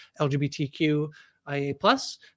LGBTQIA